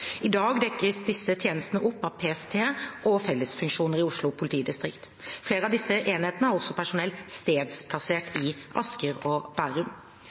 I dag dekkes disse tjenestene opp av PST og fellesfunksjoner i Oslo politidistrikt. Flere av disse enhetene har også personell stedsplassert i Asker og Bærum.